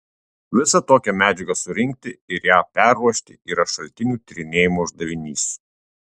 visą tokią medžiagą surinkti ir ją perruošti yra šaltinių tyrinėjimo uždavinys